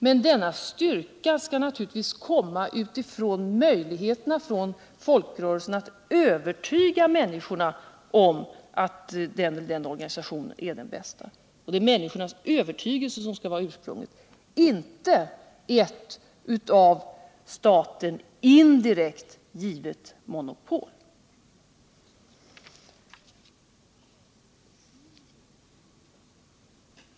Men denna styrka skall naturligtvis komma utifrån möjligheterna för folkrörelserna att övertyga människorna om att den ena celler andra organisationen är bäst. Det är människornas övertygelse som skall vara ursprunget, inte ett av staten indirekt givet monopol.